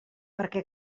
perquè